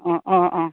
অঁ অঁ অঁ